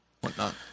whatnot